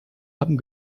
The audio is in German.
haben